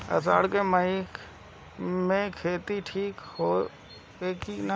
अषाढ़ मे मकई के खेती ठीक होई कि ना?